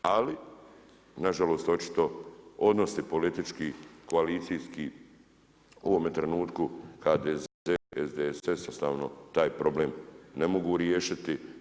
Ali na žalost očito odnosi politički, koalicijski u ovome trenutku HDZ, SDSS jednostavno taj problem ne mogu riješiti.